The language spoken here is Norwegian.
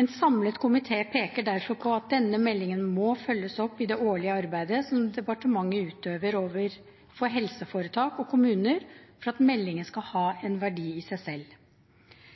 En samlet komité peker derfor på at denne meldingen må følges opp i det årlige arbeidet som departementet utøver for helseforetak og kommuner, for at meldingen skal ha en verdi i seg selv.